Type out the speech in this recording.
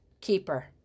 keeper